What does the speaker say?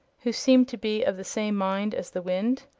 who seemed to be of the same mind as the wind.